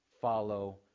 follow